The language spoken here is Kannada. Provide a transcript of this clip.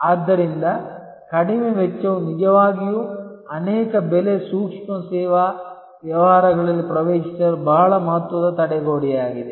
ಆದ್ದರಿಂದ ಕಡಿಮೆ ವೆಚ್ಚವು ನಿಜವಾಗಿಯೂ ಅನೇಕ ಬೆಲೆ ಸೂಕ್ಷ್ಮ ಸೇವಾ ವ್ಯವಹಾರಗಳಲ್ಲಿ ಪ್ರವೇಶಿಸಲು ಬಹಳ ಮಹತ್ವದ ತಡೆಗೋಡೆಯಾಗಿದೆ